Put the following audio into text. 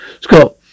Scott